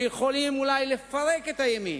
שיכולות אולי לפרק את הימין.